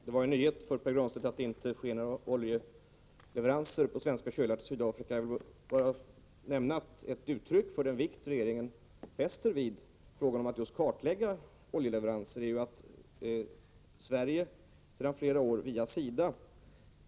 Herr talman! Det var en nyhet för Pär Granstedt att det inte sker några oljetransporter på svenska kölar till Sydafrika. Jag vill bara nämna att ett uttryck för den vikt regeringen fäster vid frågan om att kartlägga oljeleveran ser är att Sverige sedan flera år tillbaka via SIDA